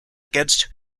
against